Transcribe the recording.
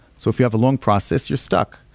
so if you have a long process, you're stuck.